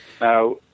Now